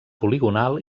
poligonal